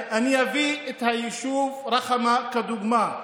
אני אביא את היישוב רח'מה כדוגמה.